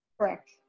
Correct